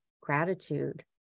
gratitude